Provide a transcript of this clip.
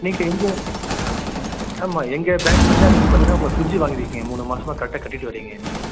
நீங்கள் எங்கள் ஆமாம் எங்கள் பேங்க்லேந்துதான் நீங்கள் பார்த்தீங்கன்னா உங்கள் ஃபிரிட்ஜ் வாங்கியிருக்கீங்க மூணு மாசமாக கரெக்டாக கட்டிகிட்டு வரீங்க நீங்கள்